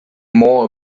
more